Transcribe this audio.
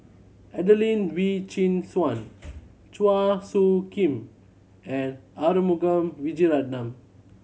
Adelene Wee Chin Suan Chua Soo Khim and Arumugam Vijiaratnam